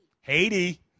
Haiti